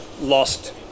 lost